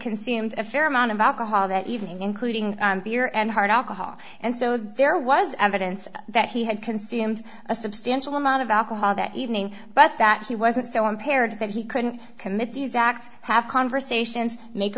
consumed a fair amount of alcohol that evening including beer and hard alcohol and so there was evidence that he had consumed a substantial amount of alcohol that evening but that he wasn't so imperative that he couldn't commit these acts have conversations make